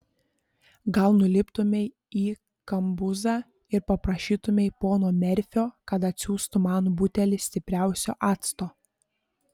gal nuliptumei į kambuzą ir paprašytumei pono merfio kad atsiųstų man butelį stipriausio acto